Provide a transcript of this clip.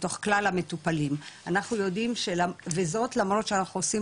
מתוך כלל המטופלים וזאת למרות שאנחנו עושים